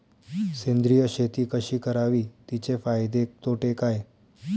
सेंद्रिय शेती कशी करावी? तिचे फायदे तोटे काय?